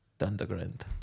underground